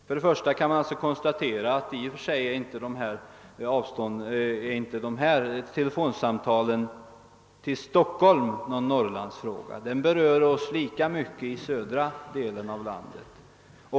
Man kan alltså för det första konstatera, att i och för sig är inte kostnaderna för telefonsamtal till Stockholm någon Norrlandsfråga, utan den berör oss lika mycket i södra delen av landet.